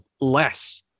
less